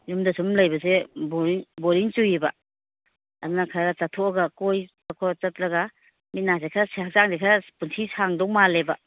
ꯌꯨꯝꯗ ꯁꯨꯝ ꯂꯩꯕꯁꯦ ꯕꯣꯔꯤꯡ ꯆꯨꯏꯌꯦꯕ ꯑꯗꯨꯅ ꯈꯔ ꯆꯠꯊꯣꯛꯑꯒ ꯀꯣꯏꯕꯀꯣ ꯆꯠꯂꯒ ꯃꯤꯠ ꯅꯥꯁꯦ ꯈꯔ ꯍꯛꯆꯥꯡꯁꯦ ꯈꯔ ꯄꯨꯟꯁꯤ ꯁꯥꯡꯗꯧ ꯃꯥꯜꯂꯦꯕ